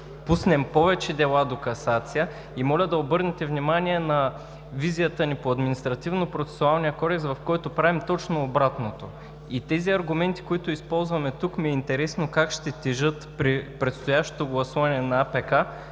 пуснем повече дела до касация. Моля да обърнете внимание на визията ни по Административнопроцесуалния кодекс, в който правим точно обратното. Тези аргументи, които използваме тук, ми е интересно как ще тежат при предстоящото гласуване на АПК,